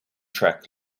track